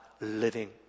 living